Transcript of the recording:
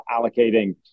allocating